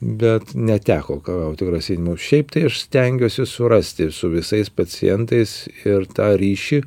bet neteko gaut grasinimų šiaip tai aš stengiuosi surasti su visais pacientais ir tą ryšį